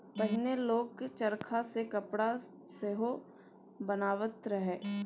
पहिने लोक चरखा सँ कपड़ा सेहो बनाबैत रहय